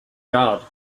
garde